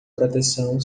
proteção